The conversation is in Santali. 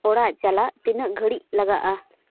ᱚᱲᱟᱜ ᱪᱟᱞᱟᱜ ᱛᱤᱱᱟᱹᱜ ᱜᱷᱟᱹᱲᱤᱡ ᱞᱟᱜᱟᱜᱼᱟ